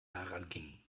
herangingen